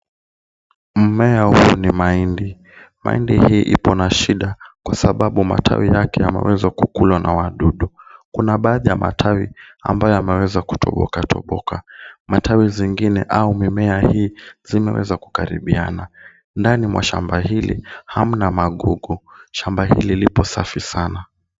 Mmea huu ni mahindi. Mahindi hii ipo na shida kwa sababu matawi yake yameweza kukulwa na wadudu. Kuna baadhi ya matawi ambayo yameweza kutoboka toboka. Matawi zingine au mimea hii zimeweza kukaribiana. Ndani mwa shamba hili hamna magugu. Shamba hili lipo safi sana.